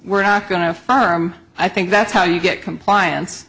we're not going to affirm i think that's how you get compliance